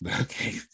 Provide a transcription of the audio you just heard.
okay